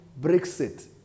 Brexit